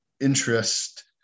interest